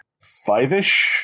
Five-ish